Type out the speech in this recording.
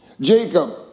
Jacob